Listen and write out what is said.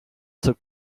took